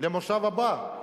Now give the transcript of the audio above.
למושב הבא,